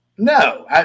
No